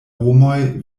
homoj